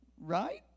Right